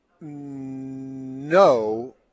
No